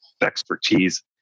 expertise